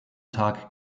tag